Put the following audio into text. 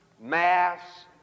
mass